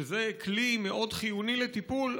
שזה כלי מאוד חיוני לטיפול,